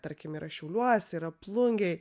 tarkim yra šiauliuose yra plungėj